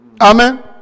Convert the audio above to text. Amen